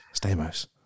Stamos